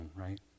right